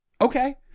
Okay